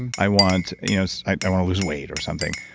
and i want you know so i want to lose weight or something.